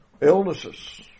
illnesses